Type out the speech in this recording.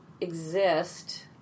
exist